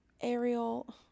Ariel